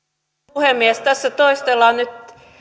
puhemies tässä toistellaan nyt